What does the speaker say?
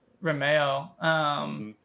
Romeo